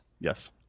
Yes